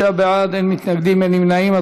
35 בעד, אין מתנגדים, אין נמנעים.